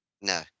No